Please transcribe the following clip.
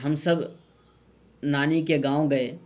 ہم سب نانی کے گاؤں گئے